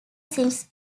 since